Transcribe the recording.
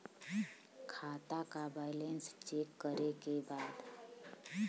खाता का balance check करे के बा?